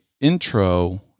intro